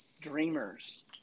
dreamers